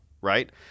right